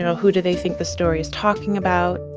you know who do they think the story is talking about?